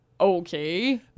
Okay